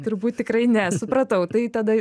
turbūt tikrai ne supratau tai tada